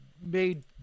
made